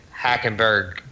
Hackenberg